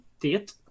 date